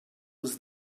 was